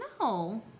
no